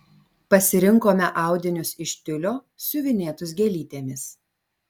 pasirinkome audinius iš tiulio siuvinėtus gėlytėmis